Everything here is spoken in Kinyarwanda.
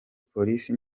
polisi